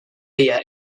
yet